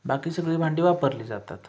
बाकी सगळी भांडी वापरली जातात